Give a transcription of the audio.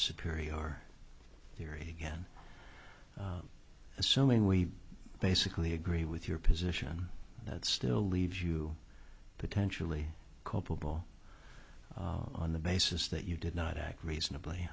superior theory again assuming we basically agree with your position that still leaves you potentially culpable on the basis that you did not act reasonably